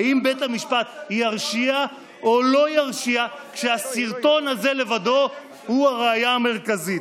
האם בית המשפט ירשיע או לא ירשיע כשהסרטון הזה לבדו הוא הראיה המרכזית?